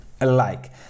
alike